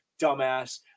dumbass